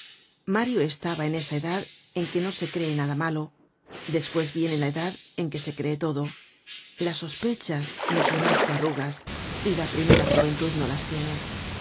mario estaba en esa edad en que no se cree nada malo despues viene la edad en que se cree todo las sospechas no son mas que arrugas y la primera juventud no las tiene